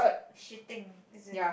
shitting is it